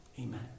amen